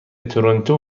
تورنتو